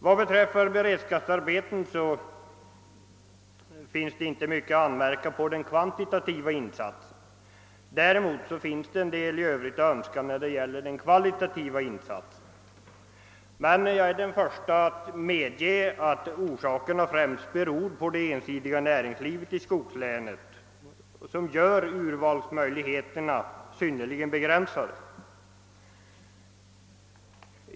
Vad beträffar beredskapsarbetena finns det inte mycket att anmärka på den kvantitativa insatsen. Däremot finns det en hel del övrigt att önska när det gäller den kvalitativa insatsen. Jag är den förste att medge att orsaken till detta främst är det ensidiga näringslivet i skogslänen, som gör urvalsmöjligheterna synnerligen begränsade.